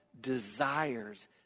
desires